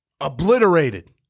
obliterated